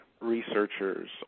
researchers